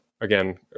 Again